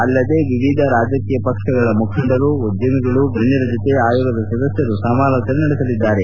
ಅಲ್ಲದೇ ವಿವಿಧ ರಾಜಕೀಯ ಪಕ್ಷಗಳ ಮುಖಂಡರು ಉದ್ದಮಿಗಳು ಗಣ್ಣರ ಜತೆ ಆಯೋಗದ ಸದಸ್ನರು ಸಮಾಲೋಚನೆ ನಡೆಸಲಿದ್ದಾರೆ